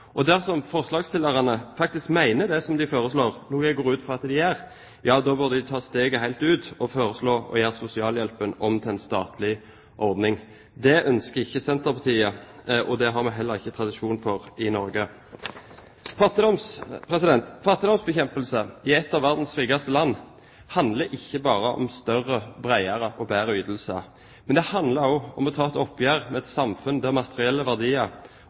Dersom forslagsstillerne faktisk mener det som de foreslår – noe jeg går ut fra at de gjør – bør de ta steget helt ut og foreslå å gjøre sosialhjelpen om til en statlig ordning. Det ønsker ikke Senterpartiet, og det har vi heller ikke tradisjon for i Norge. Fattigdomsbekjempelse i et av verdens rikeste land handler ikke bare om større, bredere og bedre ytelser. Det handler også om å ta et oppgjør med et samfunn der materielle verdier